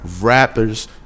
rappers